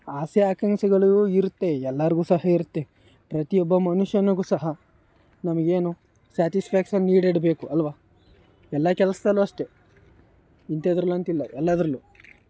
ಆಸೆ ಆಕಾಂಕ್ಷೆಗಳೂ ಇರುತ್ತೆ ಎಲ್ಲರ್ಗೂ ಸಹ ಇರುತ್ತೆ ಪ್ರತಿಯೊಬ್ಬ ಮನುಷ್ಯನಿಗೂ ಸಹ ನಮಗೇನು ಸ್ಯಾಟಿಸ್ಫ್ಯಾಕ್ಷನ್ ಈಡೇರ್ಬೇಕು ಅಲ್ವ ಎಲ್ಲ ಕೆಲಸದಲ್ಲು ಅಷ್ಟೆ ಇಂಥದ್ರಲ್ಲಿ ಅಂತಿಲ್ಲ ಎಲ್ಲದ್ರಲ್ಲು